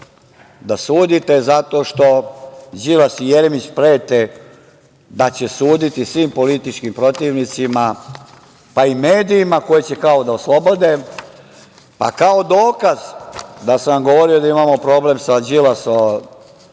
da sudite zato što Đilas i Jeremić prete da će suditi svim političkim protivnicima, pa i medijima koje će kao da oslobode. Kao dokaz da sam govorio da imamo problem sa Đilasovim